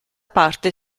parte